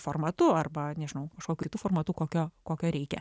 formatu arba nežinau kažkokiu kitu formatu kokio kokio reikia